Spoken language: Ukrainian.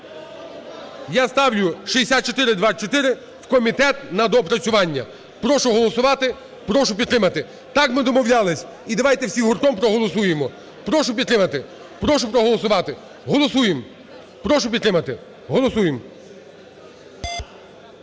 Я ставлю 6424 в комітет на доопрацювання. Прошу голосувати, прошу підтримати, так ми домовлялись, і давайте всі гуртом проголосуємо. Прошу підтримати, прошу проголосувати. Голосуємо. Прошу підтримати. Голосуємо!